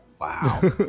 Wow